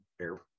air